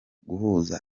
guhuza